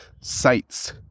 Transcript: sites